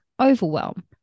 overwhelm